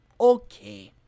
Okay